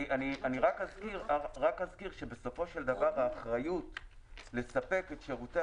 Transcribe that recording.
אני רק אזכיר שבסופו של דבר האחריות לספק את שירותי